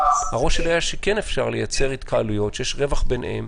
הרושם שלי היה שכן אפשר לייצר התקהלויות עם רווח ביניהן,